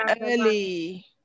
early